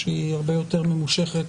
שהיא הרבה יותר ממושכת,